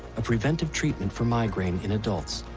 a preventive treatment for migraine in adults.